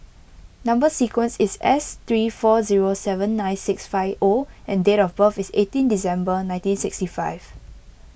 Number Sequence is S three four zero seven nine six five O and date of birth is eighteen December nineteen sixty five